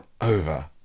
over